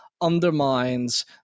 undermines